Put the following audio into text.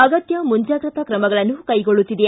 ಅಗತ್ಯ ಮುಂಜಾಗ್ರತಾ ಕ್ರಮಗಳನ್ನು ಕೈಗೊಳ್ಳುತ್ತಿದೆ